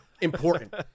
important